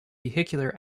vehicular